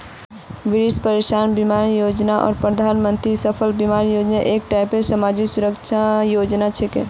वरिष्ठ पेंशन बीमा योजना आर प्रधानमंत्री फसल बीमा योजना एक टाइपेर समाजी सुरक्षार योजना छिके